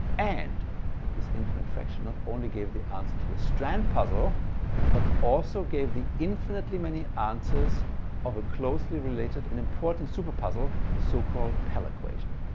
and this infinite fraction not only gave the answer to the strand puzzle but also gave the infinitely many answers of a closely related and important super puzzle a so-called pell equation.